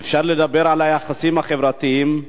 ואפשר לדבר על היחסים החברתיים,